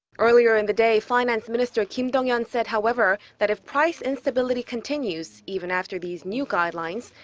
earlier in the day, finance minister kim dong-yeon said however, that if price instability continues even after these new guidelines.